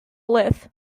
blyth